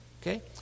okay